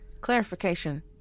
clarification